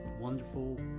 wonderful